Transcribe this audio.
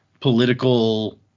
political